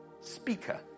speaker